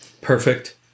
perfect